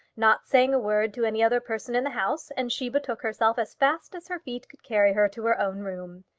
not saying a word to any other person in the house, and she betook herself as fast as her feet could carry her to her own room.